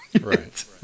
Right